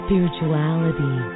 Spirituality